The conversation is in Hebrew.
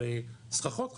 על סככות חקלאיות,